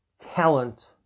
talent